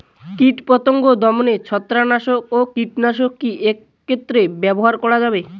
কীটপতঙ্গ দমনে ছত্রাকনাশক ও কীটনাশক কী একত্রে ব্যবহার করা যাবে?